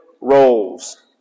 roles